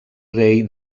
rei